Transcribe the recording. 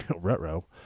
Retro